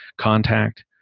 contact